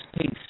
peace